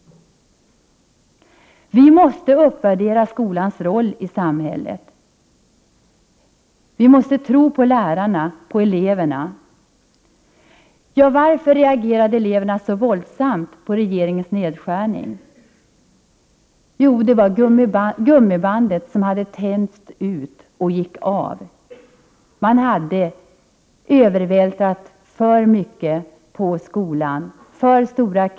Vi måste uppvärdera skolans roll i samhället. Vi måste tro på lärarna och eleverna. Varför reagerade eleverna så våldsamt på regeringens förslag om nedskärningar? Jo, gummibandet hade tänjts ut för mycket så att det gick av. Man hade övervältrat för mycket på skolan och man hade ställt för stora krav.